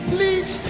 Please